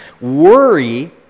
Worry